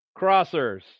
crossers